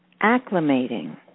acclimating